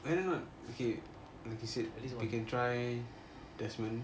okay like you said we can try desmond